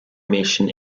mission